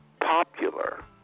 popular